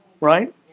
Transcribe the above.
Right